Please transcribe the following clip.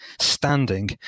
standing